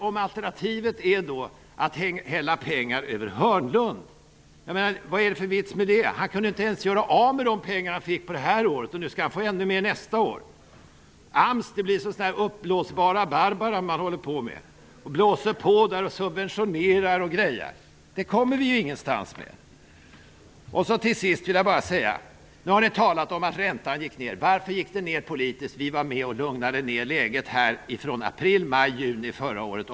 Om alternativet är att hälla pengar över Hörnlund; vad är det för vits med det? Han kunde inte ens göra av med de pengar som han fick för detta år. Nu skall han få ännu mer för nästa år. AMS blir någon sorts Uppblåsbara Barbara, som man håller på med och subventionerar. Men man kommer ingenstans. Det har talats om att räntan gick ner. Varför gick den ner politiskt? Vi var med och lugnade ner läget från april, maj och juni förra året.